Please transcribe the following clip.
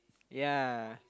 ya